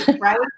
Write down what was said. right